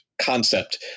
concept